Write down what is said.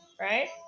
right